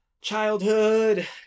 Childhood